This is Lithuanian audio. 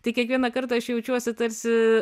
tai kiekvieną kartą aš jaučiuosi tarsi